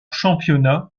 championnat